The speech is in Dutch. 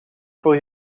voor